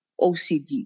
OCD